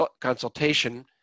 Consultation